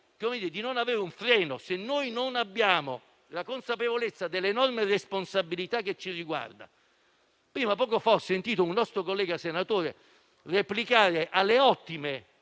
di non avere un freno. Dobbiamo avere consapevolezza dell'enorme responsabilità che ci riguarda. Poco fa ho sentito un nostro collega senatore replicare alle ottime